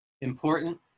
important